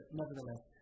nevertheless